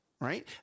Right